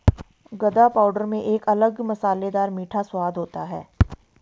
गदा पाउडर में एक अलग मसालेदार मीठा स्वाद होता है